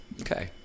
Okay